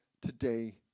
today